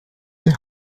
hier